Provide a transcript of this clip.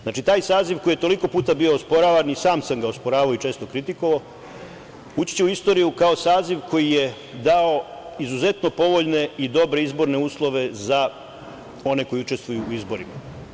Znači, taj saziv koji je toliko puta bio osporavan i sam sam ga osporavao i često kritikovao, ući će u istoriju kao saziv koji je dao izuzetno povoljne i dobre izborne uslove za one koji učestvuju u izborima.